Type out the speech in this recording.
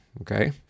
okay